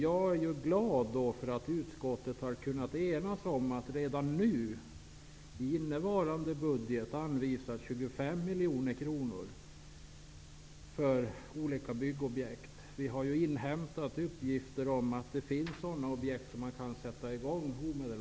Jag är glad för att utskottet kunnat enas om att anvisa 25 miljoner kronor redan innevarande budgetår för olika byggobjekt. Vi har inhämtat att det finns sådana objekt som omedelbart kan igångsättas.